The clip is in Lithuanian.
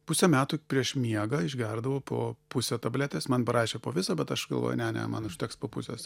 pusę metų prieš miegą išgerdavau po pusę tabletės man parašė po visą bet aš galvoju ne ne man užteks po pusės